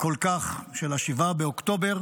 כל כך של 7 באוקטובר.